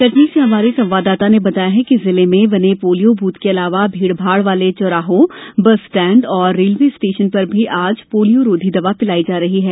कटनी से हमारे संवाददाता ने बताया है कि जिले में बने पोलियोब्थ के अलावा भीड़ भाड़ वाले चौराहो बसस्टैण्ड और रेलवे स्टेशन पर भी आज पोलियोरोधी दवा पिलाई जा रही है